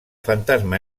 fantasma